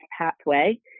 pathway